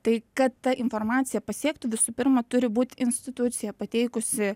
tai kad ta informacija pasiektų visų pirma turi būt institucija pateikusi